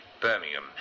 Birmingham